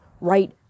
right